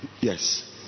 Yes